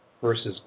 versus